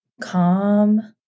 calm